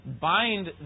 bind